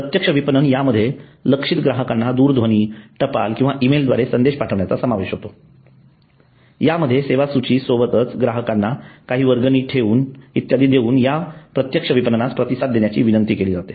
प्रत्यक्ष विपणन यामध्ये लक्षित ग्राहकांना दूरध्वनी टपाल किंवा ईमेल द्वारे संदेश पाठवण्याचा समावेश होतो यामध्ये सेवासूची सोबतच ग्राहकांना काही वर्गणी इत्यादी देवून या प्रत्यक्ष विपणनास प्रतिसाद देण्याची विनंती केली जाते